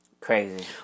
Crazy